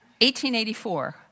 1884